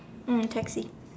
mm taxi